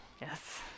Yes